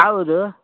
ಹೌದು